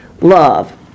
love